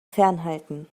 fernhalten